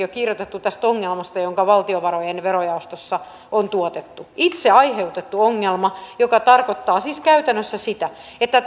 on kirjoitettu tästä ongelmasta joka valtiovarojen verojaostossa on tuotettu itse aiheutettu ongelma joka tarkoittaa siis käytännössä sitä että